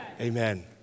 Amen